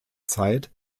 zeit